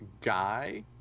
Guy